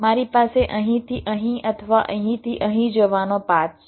મારી પાસે અહીંથી અહીં અથવા અહીંથી અહીં જવાનો પાથ છે